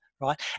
right